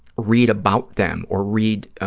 read about them or read,